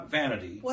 vanity